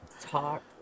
talk